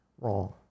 wrong